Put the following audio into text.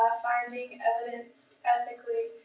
finding evidence ethically,